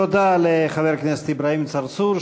תודה לחבר הכנסת אברהים צרצור,